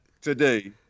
today